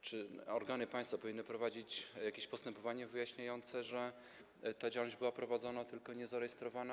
czy organy państwa powinny prowadzić jakieś postępowania wyjaśniające, gdy ta działalność była prowadzona, ale niezarejestrowana?